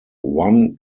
one